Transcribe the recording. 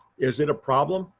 is it a problem?